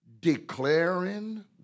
Declaring